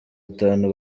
itanu